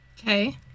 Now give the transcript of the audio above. Okay